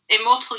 immortal